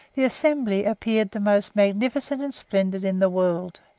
the assembly appeared the most magnificent and splendid in the world.